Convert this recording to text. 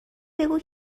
بگو